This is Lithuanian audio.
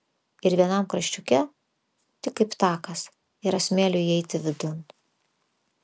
ir vienam kraščiuke tik kaip takas yra smėlio įeiti vidun